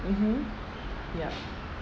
mmhmm yup